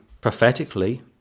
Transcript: prophetically